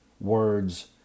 words